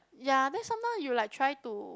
ya then sometime you like trying to